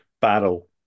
battle